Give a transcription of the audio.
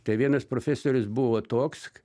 tai vienas profesorius buvo toks